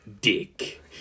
Dick